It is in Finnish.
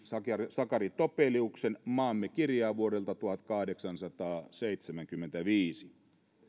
sakari topeliuksen maamme kirjaa vuodelta tuhatkahdeksansataaseitsemänkymmentäviisi